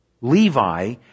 Levi